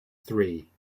three